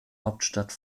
hauptstadt